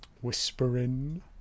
Whispering